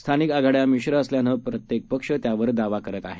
स्थानिकआघाड्यामिश्रअसल्यानंप्रत्येकपक्षत्यावरदावाकरतआहे